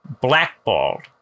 blackballed